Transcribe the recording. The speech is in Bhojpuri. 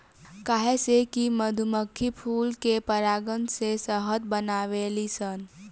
काहे से कि मधुमक्खी फूल के पराग से शहद बनावेली सन